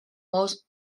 most